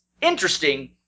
interesting